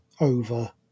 over